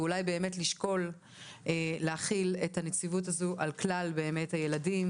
ואולי באמת לשקול להחיל את הנציבות הזו על כלל הילדים,